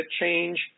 change